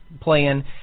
playing